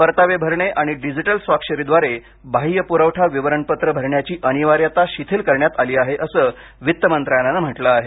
परतावे भरणे आणि डिजिटल स्वाक्षरीद्वारे बाह्य पुरवठा विवरणपत्र भरण्याची अनिवार्यता शिथिल करण्यात आली आहे अस वित्त मंत्रालयानं म्हटलं आहे